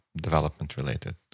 development-related